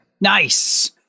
Nice